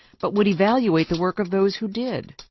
but would evaluate the work of those who did.